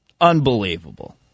unbelievable